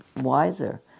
wiser